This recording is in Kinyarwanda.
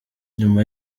nyuma